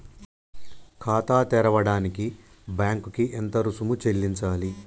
ఖాతా తెరవడానికి బ్యాంక్ కి ఎంత రుసుము చెల్లించాలి?